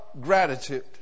gratitude